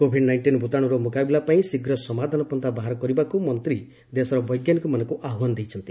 Covid nineteen ଭ୍ତାଣୁର ମୁକାବିଲା ପାଇଁ ଶୀଘ୍ର ସମାଧାନ ପନ୍ଥା ବାହାର କରିବାକୁ ମନ୍ତ୍ରୀ ଦେଶର ବୈଜ୍ଞାନିକମାନଙ୍କୁ ଆହ୍ୱାନ ଦେଇଛନ୍ତି